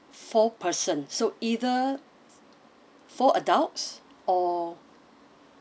four person so either four adults or